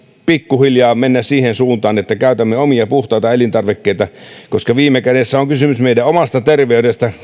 pikkuhiljaa mennä siihen suuntaan että käytämme omia puhtaita elintarvikkeitamme koska viime kädessä on kysymys meidän omasta terveydestämme